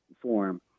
form